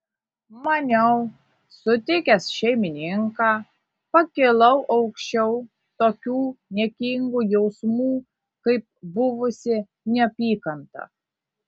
maniau sutikęs šeimininką pakilau aukščiau tokių niekingų jausmų kaip buvusi neapykanta